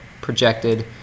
projected